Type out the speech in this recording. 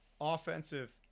Offensive